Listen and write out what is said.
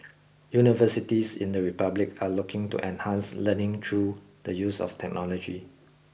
universities in the republic are looking to enhance learning through the use of technology